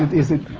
is it.